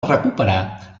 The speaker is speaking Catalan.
recuperar